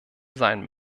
sein